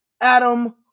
Adam